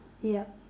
yup